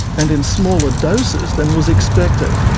and in smaller doses than was expected.